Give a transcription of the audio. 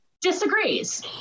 disagrees